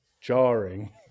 jarring